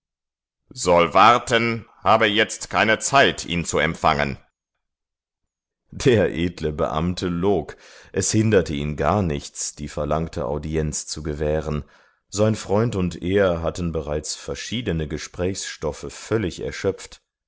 soll warten habe jetzt keine zeit ihn zu empfangen der edle beamte log es hinderte ihn gar nichts die verlangte audienz zu gewähren sein freund und er hatten bereits verschiedene gesprächsstoffe völlig erschöpft